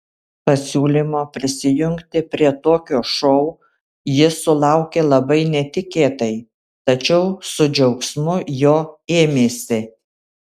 pasiūlymo prisijungti prie tokio šou jis sulaukė labai netikėtai tačiau su džiaugsmu jo ėmėsi